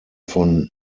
von